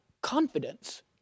confidence